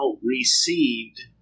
received